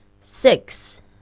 Six